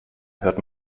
hört